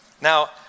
Now